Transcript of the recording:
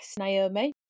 Naomi